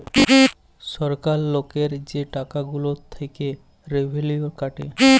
ছরকার লকের যে টাকা গুলা থ্যাইকে রেভিলিউ কাটে